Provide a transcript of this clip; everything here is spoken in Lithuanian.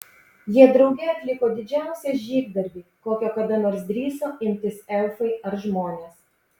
jie drauge atliko didžiausią žygdarbį kokio kada nors drįso imtis elfai ar žmonės